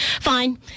fine